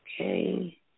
Okay